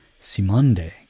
Simonde